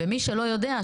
ומי שלא יודע,